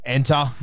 Enter